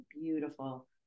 beautiful